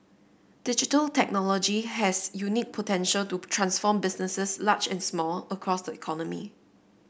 digital technology has unique potential to transform businesses large and small across the economy